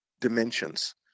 dimensions